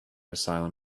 asylum